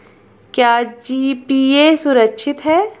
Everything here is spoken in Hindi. क्या जी.पी.ए सुरक्षित है?